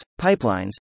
pipelines